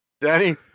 danny